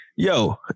Yo